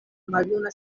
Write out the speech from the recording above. maljuna